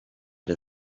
the